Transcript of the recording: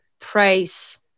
price